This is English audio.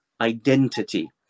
identity